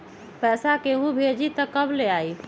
पैसा केहु भेजी त कब ले आई?